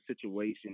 situation